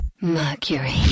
Mercury